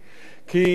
כי הנה,